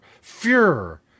furor